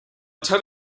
tell